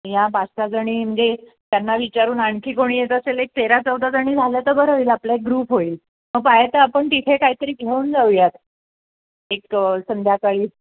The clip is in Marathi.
या पाच सहाजणी म्हणजे त्यांना विचारून आणखी कोणी येत असेल एक तेरा चौदाजणी झाल्या तर बरं होईल आपल्या एक ग्रुप होईल मग पाए तर आपण तिथे काहीतरी घेऊन जाऊया एक संध्याकाळी